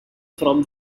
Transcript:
from